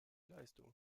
leistung